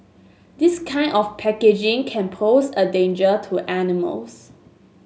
this kind of packaging can pose a danger to animals